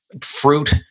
fruit